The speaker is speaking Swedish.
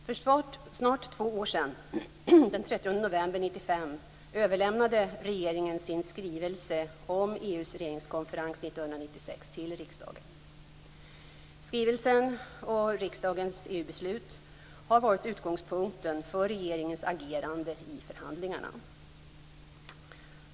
För snart två år sedan, den 30 november 1995, överlämnade regeringen sin skrivelse om EU:s regeringskonferens 1996 till riksdagen. Skrivelsen och riksdagens EU-beslut har varit utgångspunkten för regeringens agerande i förhandlingarna.